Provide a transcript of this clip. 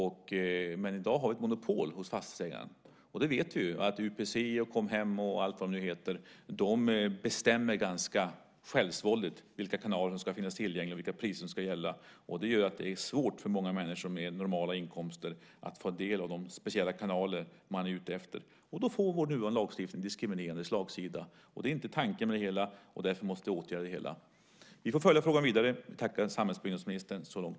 I dag har vi ett monopol hos fastighetsägarna. UPC och Comhem och allt vad de heter bestämmer ganska självsvåldigt vilka kanaler som ska finnas tillgängliga och vilka priser som ska gälla. Det gör att det är svårt för många människor med normala inkomster att ta del av de speciella kanaler som man är ute efter. Då får vår nuvarande lagstiftning en diskriminerande slagsida. Det är inte tanken. Därför måste man åtgärda det hela. Vi följer frågan vidare och tackar samhällsbyggnadsministern så långt.